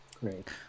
Great